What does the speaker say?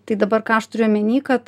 tai dabar ką aš turiu omeny kad